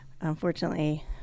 unfortunately